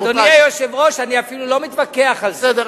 אדוני היושב-ראש, אני אפילו לא מתווכח על זה.